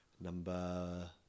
Number